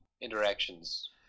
interactions